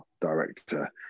director